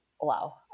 wow